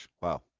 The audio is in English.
Wow